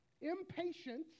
impatience